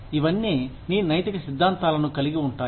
ఇవన్నీ నీ నైతిక సిద్ధాంతాలను కలిగి ఉంటాయి